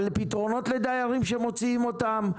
על פתרונות לדיירים שמוציאים אותם,